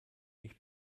ich